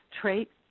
trait